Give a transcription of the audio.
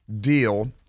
deal